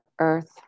earth